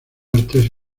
artes